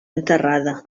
enterrada